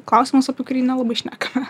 klausimas apie kurį nelabai šneka